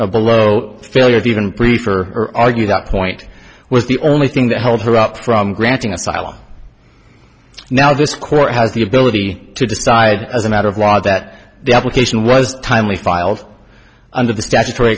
counsels below failure of even briefer argue that point was the only thing that held her up from granting asylum now this court has the ability to decide as a matter of law that the application was timely filed under the statutory